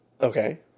Okay